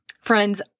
Friends